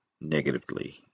negatively